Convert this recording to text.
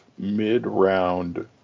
mid-round